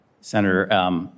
Senator